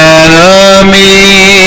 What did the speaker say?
enemy